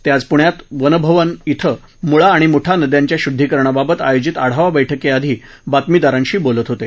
ते आज पुण्यात वन भवन ििं मुळा आणि मुठा नद्यांच्या शुद्धीकरणाबाबत आयोजित आढावा बैठकीआधी बातमीदारांशी बोलत होते